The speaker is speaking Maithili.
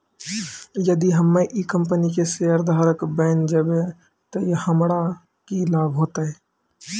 यदि हम्मै ई कंपनी के शेयरधारक बैन जैबै तअ हमरा की लाभ होतै